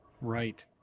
Right